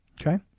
Okay